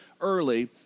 early